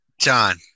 John